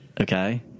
Okay